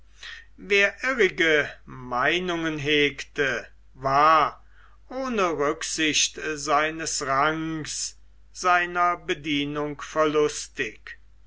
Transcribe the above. wer irrige meinungen hegte war ohne rücksicht seines ranges seiner bedienung verlustig